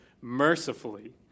mercifully